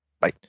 bye